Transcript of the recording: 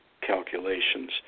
calculations